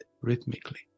rhythmically